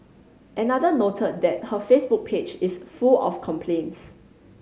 another noted that her Facebook page is full of complaints